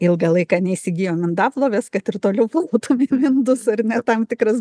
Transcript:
ilgą laiką neįsigijom indaplovės kad ir toliau plautumėm indus ar ne tam tikras